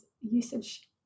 usage